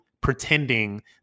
pretending